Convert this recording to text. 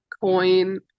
coin